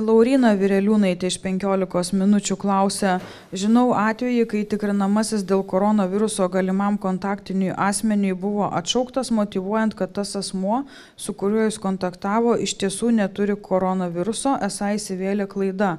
lauryna vireliūnaitė iš penkiolikos minučių klausia žinau atvejį kai tikrinamasis dėl koronaviruso galimam kontaktiniui asmeniui buvo atšauktas motyvuojant kad tas asmuo su kuriuo jis kontaktavo iš tiesų neturi koronaviruso esą įsivėlė klaida